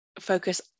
focus